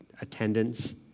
attendance